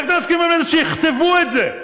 איך אתם מסכימים שיכתבו את זה?